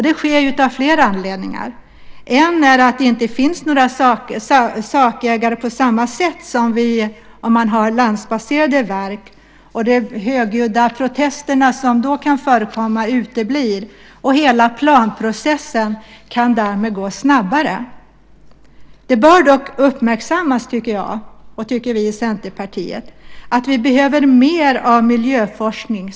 Det sker av flera anledningar. En är att det inte finns några sakägare på samma sätt som om man har landbaserade verk. De högljudda protester som då kan förekomma uteblir. Hela planprocessen kan därmed gå snabbare. Det bör dock uppmärksammas tycker vi i Centerpartiet att vi behöver mer av miljöforskning.